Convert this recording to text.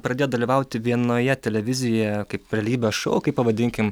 pradėjot dalyvauti vienoje televizijoje kaip realybės šou kaip pavadinkim